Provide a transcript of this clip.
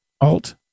alt